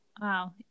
Wow